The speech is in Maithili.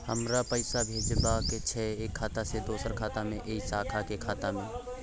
हमरा पैसा भेजबाक छै एक खाता से दोसर खाता मे एहि शाखा के खाता मे?